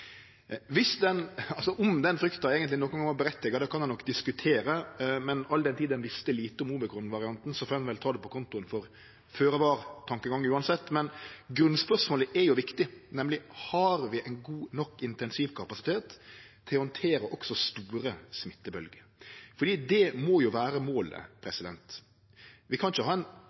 Om den frykta eigentleg nokon gong var rettkomen, kan ein nok diskutere, men all den tid ein visste lite om omikronvarianten, får ein vel uansett ta det på kontoen for føre-var-tankegang. Men grunnspørsmålet er viktig, nemleg: Har vi ein god nok intensivkapasitet til å handtere også store smittebølgjer? For det må vere målet. Vi kan ikkje ha ein